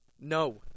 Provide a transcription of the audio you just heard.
No